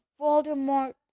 Voldemort